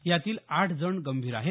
यातील आठ जण गंभीर आहेत